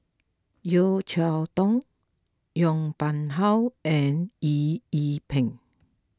Yeo Cheow Tong Yong Pung How and Eng Yee Peng